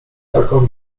taką